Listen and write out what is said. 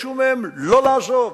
ביקשו מהם לא לעזוב.